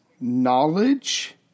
knowledge